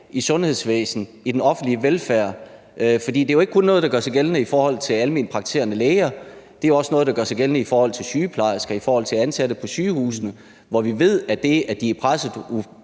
i sundhedsvæsenet, i den offentlige velfærd. For det er jo ikke noget, der kun gør sig gældende i forhold til alment praktiserende læger, det er også noget, der gør sig gældende i forhold til sygeplejersker, i forhold til ansatte på sygehusene, hvor vi ved, at det, at de er